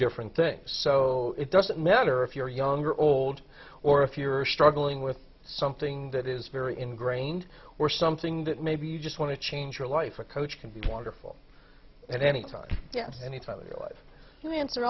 different things so it doesn't matter if you're younger old or if you're struggling with something that is very ingrained or something that maybe you just want to change your life or coach can be wonderful and any time any time of your life you answer